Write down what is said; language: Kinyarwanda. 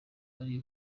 ari